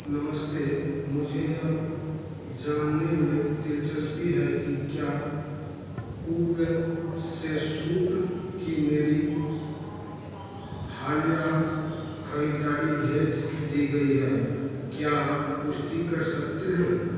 नमस्ते मुझे यह जानने में दिलचस्पी है कि क्या कूव्य से सूट की मेरी हालिया खरीदारी भेज दी गई है क्या आप पुष्टि कर सकते हैं